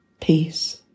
peace